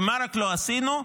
ורק מה לא עשינו?